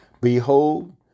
Behold